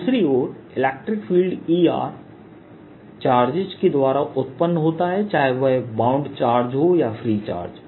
दूसरी ओर इलेक्ट्रिक फील्डEr चार्जेस के द्वारा उत्पन्न होता है चाहे वह बाउंड चार्ज हों या फ्री चार्ज